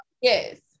Yes